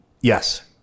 yes